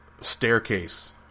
staircase